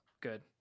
good